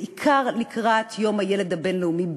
בעיקר לקראת יום הילד הבין-לאומי,